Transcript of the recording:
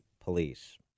police